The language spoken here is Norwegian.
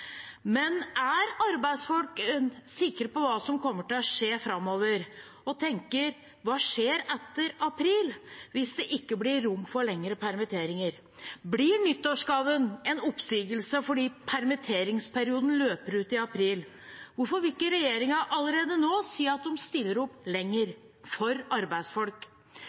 Men er arbeidsfolk sikre på hva som kommer til å skje framover, og tenker på hva som skjer etter april hvis det ikke blir rom for lengre permitteringer? Blir nyttårsgaven en oppsigelse fordi permitteringsperioden utløper i april? Hvorfor vil ikke regjeringen allerede nå si at de stiller opp lenger for arbeidsfolk?